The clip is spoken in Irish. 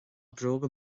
bróga